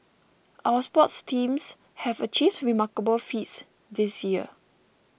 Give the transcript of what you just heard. our sports teams have achieved remarkable feats this year